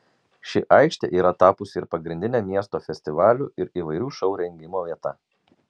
ši aikštė yra tapusi ir pagrindine miesto festivalių ir įvairių šou rengimo vieta